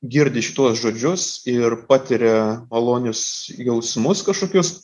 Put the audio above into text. girdi šituos žodžius ir patiria malonius jausmus kažkokius